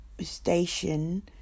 station